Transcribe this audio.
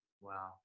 Wow